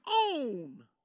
own